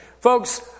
Folks